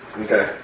Okay